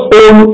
own